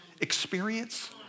experience